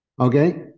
Okay